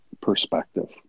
perspective